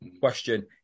Question